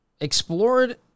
explored